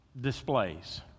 displays